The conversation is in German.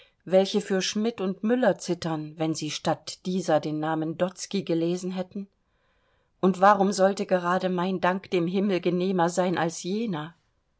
welche für schmidt und müller zittern wenn sie statt dieser namen dotzky gelesen hätten und warum sollte gerade mein dank dem himmel genehmer sein als jener